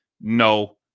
no